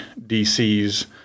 DCs